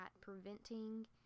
preventing